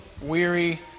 weary